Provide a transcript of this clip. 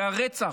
היה רצח,